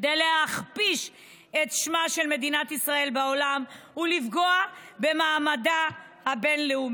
כדי להכפיש את שמה של מדינת ישראל בעולם ולפגוע במעמדה הבין-לאומי.